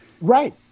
right